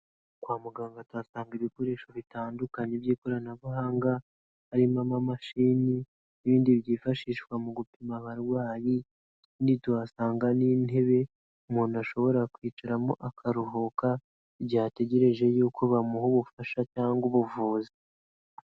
Kwa muganga tuhasanga ibikoresho bitandukanye by'ikoranabuhanga, harimo amamashini n'ibindi byifashishwa mu gupima abarwayi, bikindi tuhasanga n'intebe umuntu ashobora kwicaramo akaruhuka, igihe ategereje yuko bamuha ubufasha cyangwa ubuvuzi.